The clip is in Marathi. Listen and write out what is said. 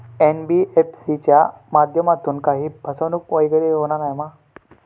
एन.बी.एफ.सी च्या माध्यमातून काही फसवणूक वगैरे होना नाय मा?